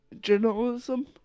journalism